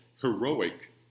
Heroic